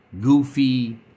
goofy